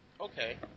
Okay